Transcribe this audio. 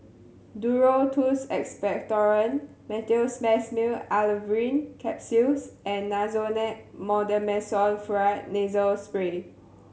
Duro Tuss Expectorant Meteospasmyl Alverine Capsules and Nasonex Mometasone Furoate Nasal Spray